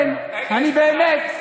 אני באמת,